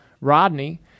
Rodney